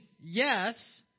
yes